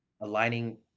aligning